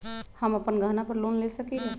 हम अपन गहना पर लोन ले सकील?